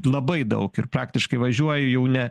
labai daug ir praktiškai važiuoji jau ne